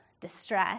distress